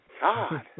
God